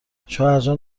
شوهرجان